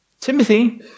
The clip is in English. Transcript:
Timothy